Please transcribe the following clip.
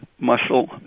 muscle